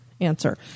answer